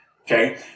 Okay